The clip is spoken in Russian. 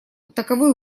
таковы